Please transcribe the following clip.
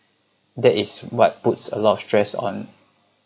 that is what puts a lot of stress on